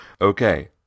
Okay